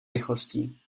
rychlostí